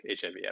HIV